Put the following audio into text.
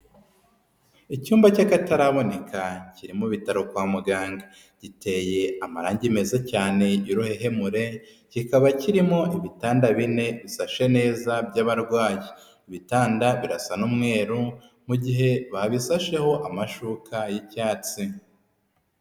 Icyumba cy'akataraboneka kiri mu bitaro kwa muganga. Giteye amarangi meza cyane y'uruhehemure, kikaba kirimo ibitanda bine bisashe neza by'abarwayi. Ibitanda birasa n'umweru mu gihe babisasheho amashuka y'icyatsi.